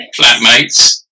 Flatmates